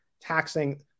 taxing